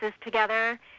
together